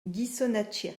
ghisonaccia